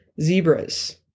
Zebras